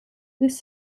this